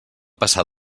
passar